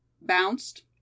Bounced